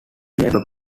labour